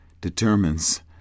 determines